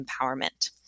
empowerment